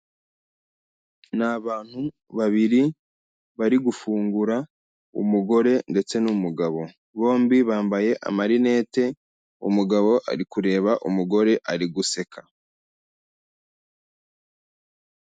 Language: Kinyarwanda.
Ni abantu babiri bari gufungura umugore ndetse n'umugabo, bombi bambaye amarinete, umugabo ari kureba umugore ari guseka.